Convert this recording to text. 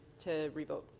to revote.